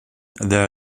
there